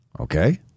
Okay